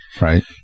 Right